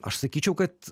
aš sakyčiau kad